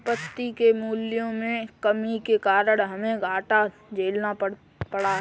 संपत्ति के मूल्यों में कमी के कारण हमे घाटा झेलना पड़ा था